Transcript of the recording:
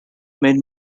made